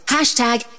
#Hashtag